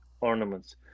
ornaments